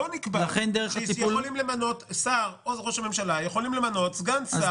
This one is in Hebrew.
בואו נקבע ששר או ראש הממשלה יכולים למנות סגן שר.